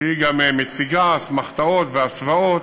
שגם מציגה השוואות